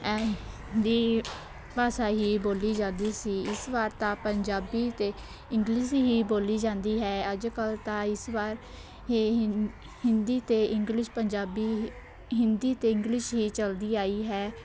ਹਿੰਦੀ ਭਾਸ਼ਾ ਹੀ ਬੋਲੀ ਜਾਂਦੀ ਸੀ ਇਸ ਵਾਰ ਤਾਂ ਪੰਜਾਬੀ ਅਤੇ ਇੰਗਲਿਸ਼ ਹੀ ਬੋਲੀ ਜਾਂਦੀ ਹੈ ਅੱਜ ਕੱਲ੍ਹ ਤਾਂ ਇਸ ਵਾਰ ਹੇ ਹਿੰ ਹਿੰਦੀ ਅਤੇ ਇੰਗਲਿਸ਼ ਪੰਜਾਬੀ ਹੀ ਹਿੰਦੀ ਅਤੇ ਇੰਗਲਿਸ਼ ਹੀ ਚੱਲਦੀ ਆਈ ਹੈ